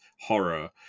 horror